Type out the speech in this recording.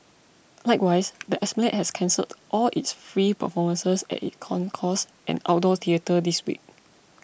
likewise the Esplanade has cancelled all its free performances at its concourse and outdoor theatre this week